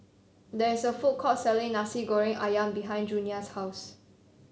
there is a food court selling Nasi Goreng ayam behind Junia's house